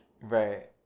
Right